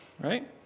right